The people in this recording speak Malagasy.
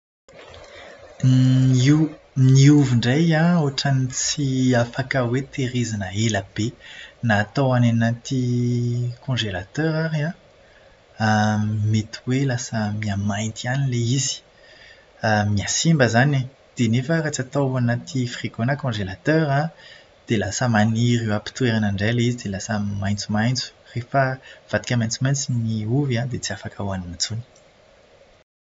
Ny o- ny ovy indray an ohatran'ny tsy afaka hoe tahirizina hoe ela be. Na atao any anaty "congélateur" ary an, mety hoe lasa mihamainty any ilay izy. Mihasimba izany e. Dia nefa raha tsy atao anaty "frigo" na "congélateur" an, dia lasa maniry eo am-pitoerana indray ilay izy dia lasa maintsomaintsy. Rehefa mivadika maintsomaintso ny ovy an, dia tsy afaka hohanina intsony.